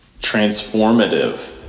transformative